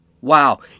Wow